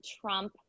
trump